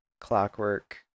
Clockwork